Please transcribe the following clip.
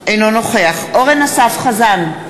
אינו נוכח אורן אסף חזן,